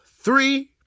three